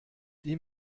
die